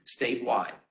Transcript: statewide